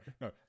No